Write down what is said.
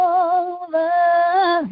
over